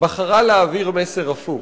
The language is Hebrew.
הממשלה הזאת בחרה להעביר מסר הפוך.